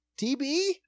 TB